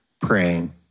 praying